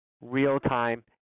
real-time